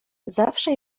zawsze